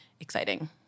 exciting